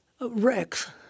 Rex